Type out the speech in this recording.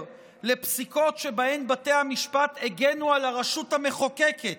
לפסיקות שבהן בתי המשפט הגנו על הרשות המחוקקת,